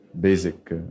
basic